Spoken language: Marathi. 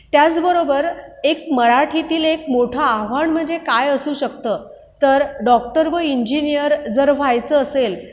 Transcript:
त्याचबरोबर एक मराठीतील एक मोठं आव्हान म्हणजे काय असू शकतं तर डॉक्टर व इंजीनियर जर व्हायचं असेल